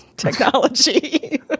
technology